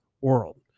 world